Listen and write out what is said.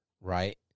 right